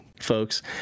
folks